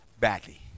badly